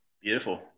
Beautiful